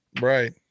Right